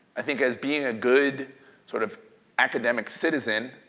i think as being a good sort of academic citizen,